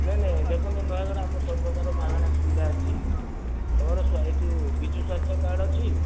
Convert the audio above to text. ନାଇଁ ନାଇଁ ଦେଖନ୍ତୁ ନୟାଗଡ଼ ଆମ ସବୁ ପ୍ରକାର ମାଗଣା ସୁବିଧା ଅଛି ତମର ଏହି ଯେଉଁ ବିଜୁ ସ୍ବାସ୍ଥ୍ୟ କାର୍ଡ ଅଛି